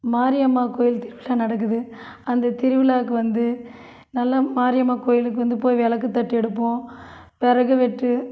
மாரியம்மா கோயில் திருவிழா நடக்குது அந்த திருவிழாக்கு வந்து நல்லா மாரியம்மா கோயிலுக்கு வந்து போய் விளக்கு தட்டு எடுப்போம் விறகு வெட்டு